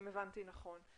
אם הבנתי נכון.